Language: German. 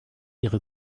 ihre